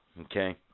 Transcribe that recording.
Okay